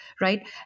right